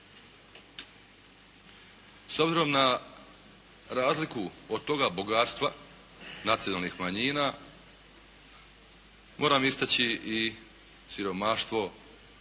S obzirom na razliku od toga bogatstva nacionalnih manjina moram istaći i siromaštvo,